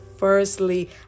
Firstly